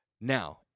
Now